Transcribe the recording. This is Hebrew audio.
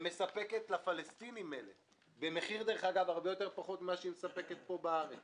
ומספקת לפלסטינים מלט במחיר נמוך בהרבה ממה שהיא מספקת בארץ